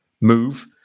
move